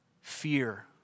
fear